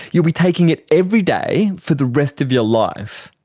you'll be taking it every day for the rest of your life.